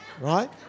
right